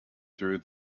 through